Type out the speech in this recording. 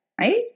Right